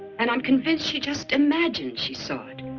and i'm convinced she just imagined she saw it.